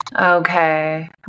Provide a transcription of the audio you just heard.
Okay